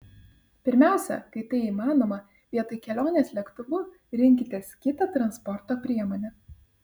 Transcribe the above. pirmiausia kai tai įmanoma vietoj kelionės lėktuvu rinkitės kitą transporto priemonę